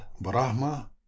brahma